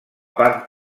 part